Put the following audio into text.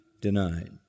denied